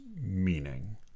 meaning